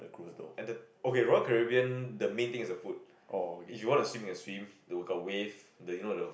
cruise though oh okay